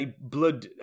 blood